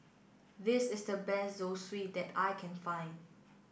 this is the best Zosui that I can find